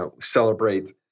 celebrate